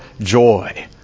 joy